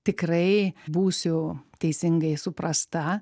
tikrai būsiu teisingai suprasta